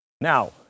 Now